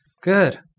Good